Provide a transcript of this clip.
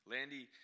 Landy